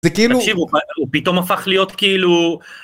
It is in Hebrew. זה כאילו פתאום הופך להיות כאילו.